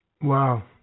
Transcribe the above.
Wow